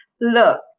look